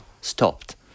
stopped